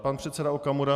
Pan předseda Okamura.